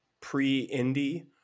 pre-indie